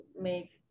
make